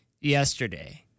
yesterday